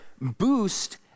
boost